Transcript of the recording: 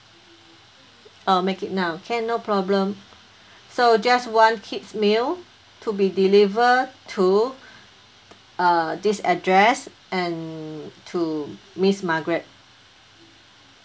uh make it now can no problem so just one kids' meal to be deliver to uh this address and to miss margaret